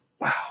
wow